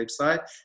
website